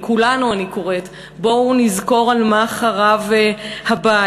לכולנו אני קוראת: בואו נזכור על מה חרב הבית.